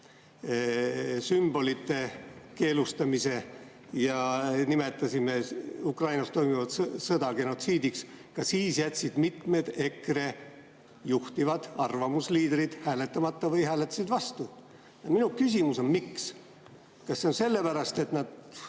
sümbolite keelustamise ja nimetasime Ukrainas toimuvat sõda genotsiidiks – ka siis jätsid mitmed EKRE juhtivad arvamusliidrid hääletamata või hääletasid vastu. Minu küsimus on: miks? Kas see on sellepärast, et nad